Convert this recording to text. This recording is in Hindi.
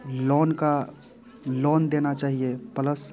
लोन का लोन देना चाहिए प्लस